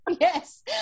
yes